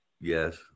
Yes